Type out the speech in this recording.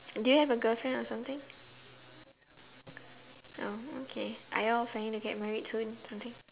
do you have a girlfriend or something oh okay are you all planning to get married soon I think